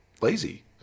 lazy